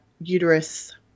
uterus